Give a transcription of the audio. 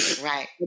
Right